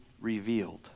revealed